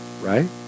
right